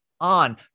on